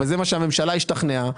וזה מה שהממשלה השתכנעה,